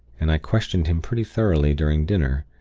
and i questioned him pretty thoroughly during dinner,